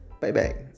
bye-bye